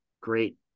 great